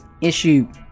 issue